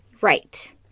Right